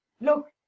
look